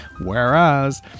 whereas